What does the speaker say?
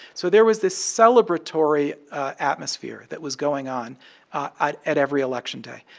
so there was this celebratory atmosphere that was going on at at every election day.